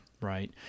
right